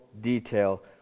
detail